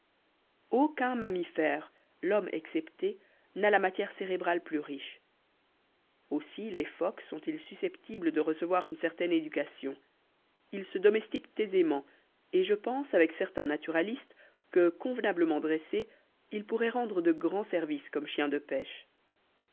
aucun mammifère l'homme excepté n'a la matière cérébrale plus riche aussi les phoques sont-ils susceptibles de recevoir une certaine éducation ils se domestiquent aisément et je pense avec certains naturalistes que convenablement dressés ils pourraient rendre de grands services comme chiens de pêche